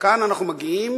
מכאן אנחנו מגיעים